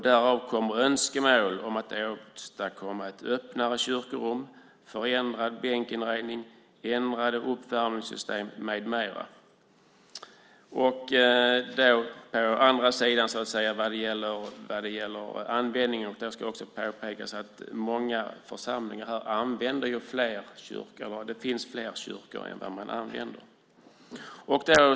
Därför kommer det önskemål om att åstadkomma ett öppnare kyrkorum, en förändrad bänkinredning, ändrade uppvärmningssystem med mera. När det gäller användningen ska å andra sidan också påpekas att många församlingar använder flera kyrkor, och det finns fler kyrkor än man använder.